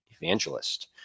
evangelist